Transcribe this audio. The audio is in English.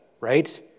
right